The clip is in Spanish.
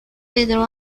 pedro